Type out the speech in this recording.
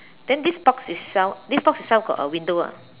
then this box itself this box itself got a window ah